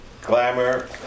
Glamour